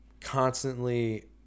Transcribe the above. constantly